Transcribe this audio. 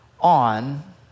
on